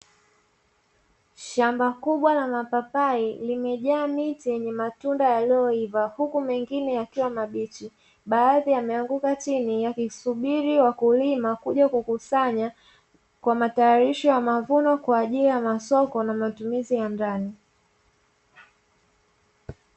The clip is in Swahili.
Shamba kubwa la mapapai, limejaa miti yenye matunda yaliyoiva; huku mengine yakiwa mabichi, baadhi yameanguka chini yakisubiri wakulima kuja kukusanya kwa matayarisho ya mavuno kwa ajili ya masoko na matumizi ya ndani.